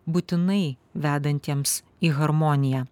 būtinai vedantiems į harmoniją